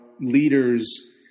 leaders